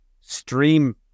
stream